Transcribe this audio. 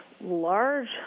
large